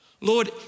Lord